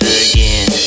again